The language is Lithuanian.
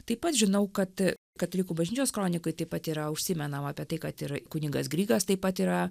taip pat žinau kad katalikų bažnyčios kronikoj taip pat yra užsimenama apie tai kad ir kunigas grigas taip pat yra